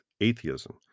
atheism